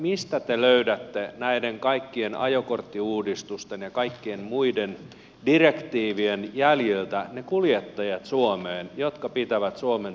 mistä te löydätte näiden kaikkien ajokorttiuudistusten ja kaikkien muiden direktiivien jäljiltä ne kuljettajat suomeen jotka pitävät suomen pyörät pyörimässä